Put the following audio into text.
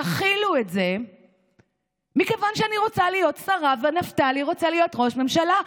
תכילו את זה מכיוון שאני רוצה להיות שרה ונפתלי רוצה להיות ראש ממשלה,